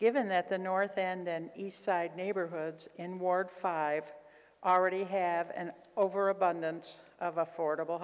given that the north and east side neighborhoods in ward five already have an overabundance of affordable